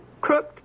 crooked